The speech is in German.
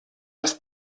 das